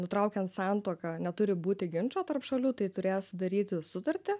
nutraukiant santuoką neturi būti ginčo tarp šalių tai turės sudaryti sutartį